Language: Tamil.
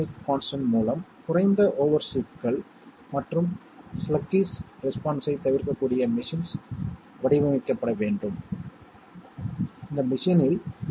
எனவே படத்தைப் பாருங்கள் அரைக்கும் இயந்திரத்தில் 3 அவுட்புட்கள் உள்ளன மேலும் நீங்கள் வடிவமைக்க வேண்டிய பிளாக் பாக்ஸ் உள்ளது